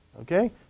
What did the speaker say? Okay